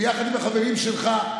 יחד עם החברים שלך,